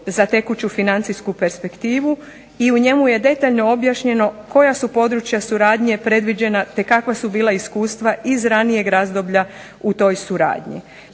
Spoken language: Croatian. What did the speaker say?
za tekuću financijsku perspektivu, i u njemu je detaljno objašnjeno koja su područja suradnje predviđena, te kakva su bila iskustva iz ranijeg razdoblja u toj suradnji.